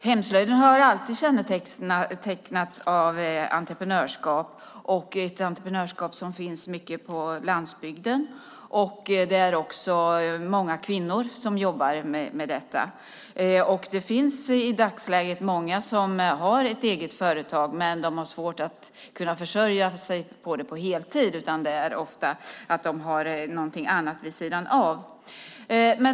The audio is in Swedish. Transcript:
Hemslöjden har alltid kännetecknats av entreprenörskap, och det är ett entreprenörskap som finns mycket på landsbygden. Det är också många kvinnor som jobbar med detta. Det finns i dagsläget många som har ett eget företag, men de har svårt att kunna försörja sig på det på heltid utan har ofta någonting annat vid sidan av.